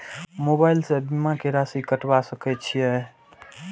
Mobile से बीमा के राशि कटवा सके छिऐ?